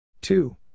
Two